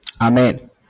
Amen